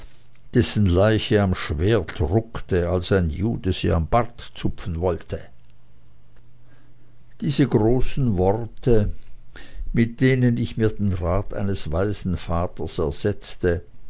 dessen leiche am schwert ruckte als ein jude sie am barte zupfen wollte diese großen worte mit denen ich mir den rat eines weisen vaters ersetzte